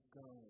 go